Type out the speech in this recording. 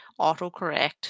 autocorrect